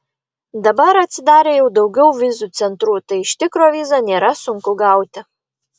dabar atsidarė jau daugiau vizų centrų tai iš tikro vizą nėra sunku gauti